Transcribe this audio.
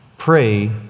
Pray